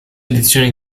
edizioni